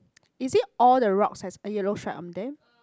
is it all the rocks has a yellow stripe on they